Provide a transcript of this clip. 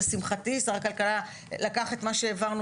לשמחתי שר הכלכלה לקח את מה שהעברנו